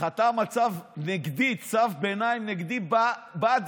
חתם על צו נגדי, צו ביניים נגדי בדירקטורים,